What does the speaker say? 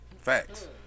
Facts